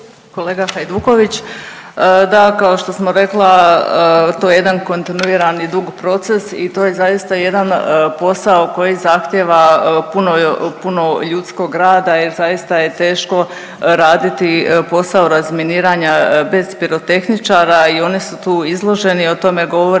Kolega Hajduković. Da, kao što smo rekla, to je jedan kontinuiran i dug proces i to je zaista jedan posao koji zahtjeva puno ljudsko rada jer zaista je teško raditi posao razminiranja bez pirotehničara i oni su tu izloženi, o tome govori